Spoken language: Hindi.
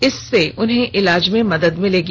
इससे उन्हें इलाज में मदद मिलेगी